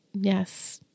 Yes